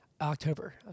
October